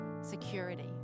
security